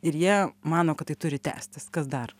ir jie mano kad tai turi tęstis kas dar